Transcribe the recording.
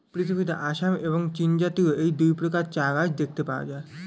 পৃথিবীতে আসাম এবং চীনজাতীয় এই দুই প্রকারের চা গাছ দেখতে পাওয়া যায়